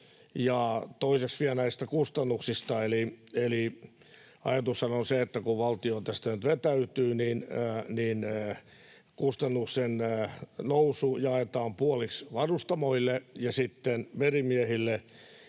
Toiseksi vielä näistä kustannuksista. Eli ajatushan on se, että kun valtio tästä nyt vetäytyy, niin kustannusten nousu jaetaan puoliksi varustamoille ja sitten merimiehille.